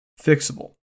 fixable